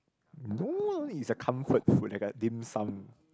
no it's a comfort food like a Dim Sum